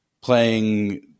playing